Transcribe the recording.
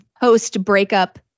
post-breakup